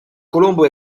colombo